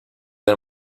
del